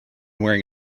wearing